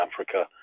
Africa